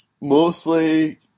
Mostly